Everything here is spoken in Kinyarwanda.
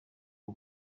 bwo